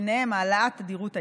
ובהם העלאת תדירות האיסוף,